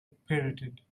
pirouetted